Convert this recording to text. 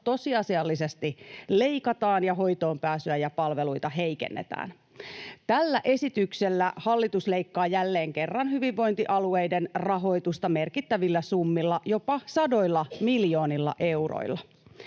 tosiasiallisesti leikataan ja hoitoonpääsyä ja palveluita heikennetään. Tällä esityksellä hallitus leikkaa jälleen kerran hyvinvointialueiden rahoitusta merkittävillä summilla, jopa sadoilla miljoonilla euroilla.